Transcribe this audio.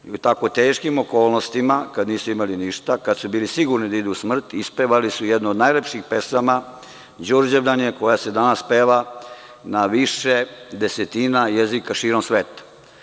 U tako teškim okolnostima kada nisu imali ništa, kada su bili sigurni da idu u smrt ispevali su jednu od najlepših pesama „Đurđevdan“ koja se danas peva na više desetina jezika širom sveta.